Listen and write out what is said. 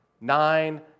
Nine